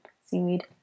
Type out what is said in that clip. seaweed